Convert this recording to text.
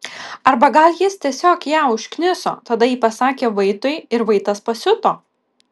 arba gal jis tiesiog ją užkniso tada ji pasakė vaitui ir vaitas pasiuto